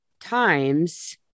times